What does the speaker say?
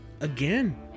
again